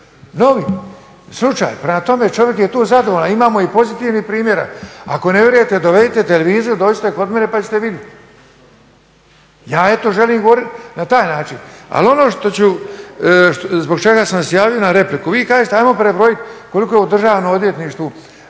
radi kuću, …, prema tome, čovjek je tu zadovoljan. Imamo i pozitivnih primjera. Ako ne vjerujete, dovedite televiziju, dođite kod mene pa ćete vidjeti. Ja eto, želim govoriti na taj način, ali ono zbog čega sam se javio na repliku, vi kažete, ajmo prebrojiti koliko je u državnom odvjetništvu